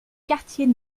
quartiers